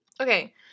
Okay